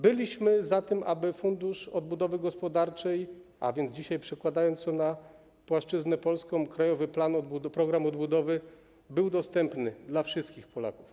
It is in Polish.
Byliśmy za tym, aby fundusz odbudowy gospodarczej - a więc dzisiaj, przekładając to na płaszczyznę polską: Krajowy Plan Odbudowy - był dostępny dla wszystkich Polaków.